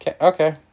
Okay